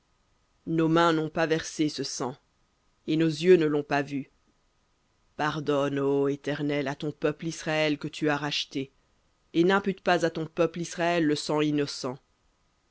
nos mains n'ont pas versé ce sang et nos yeux ne l'ont pas vu pardonne ô éternel à ton peuple israël que tu as racheté et n'impute pas à ton peuple israël le sang innocent